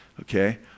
okay